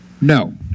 No